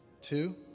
Two